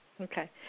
Okay